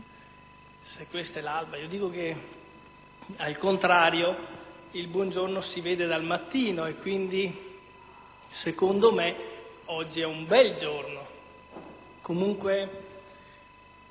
se questa è l'alba, io dico che - al contrario - il buongiorno si vede dal mattino, quindi, secondo me, oggi è un bel giorno.